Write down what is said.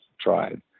tried